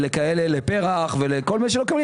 לפרח ולאחרים.